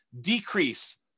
decrease